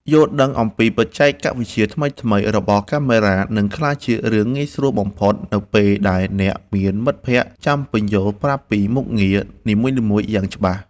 យល់ដឹងអំពីបច្ចេកវិទ្យាថ្មីៗរបស់កាមេរ៉ានឹងក្លាយជារឿងងាយស្រួលបំផុតនៅពេលដែលអ្នកមានមិត្តភក្តិចាំពន្យល់ប្រាប់ពីមុខងារនីមួយៗយ៉ាងច្បាស់។